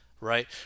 right